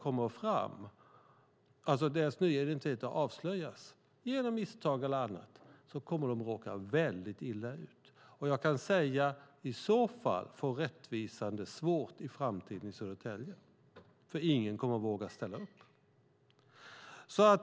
Om deras nya identiteter avslöjas genom misstag eller annat kommer de att råka väldigt illa ut. Jag kan säga att rättvisan i så fall får det svårt i framtiden i Södertälje, för ingen kommer att våga ställa upp.